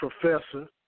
professor